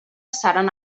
seran